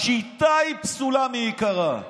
השיטה היא פסולה מעיקרה.